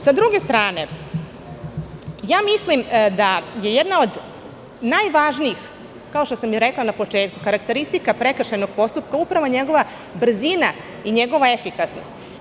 Sa druge strane, mislim da je jedna od najvažnijih, kao što sam i rekla na početku, karakteristika prekršajnog postupka upravo njegova brzina i njegova efikasnost.